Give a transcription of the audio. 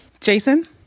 Jason